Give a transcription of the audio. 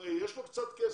לארץ ויש לו קצת כסף.